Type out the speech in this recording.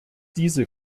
diese